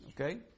Okay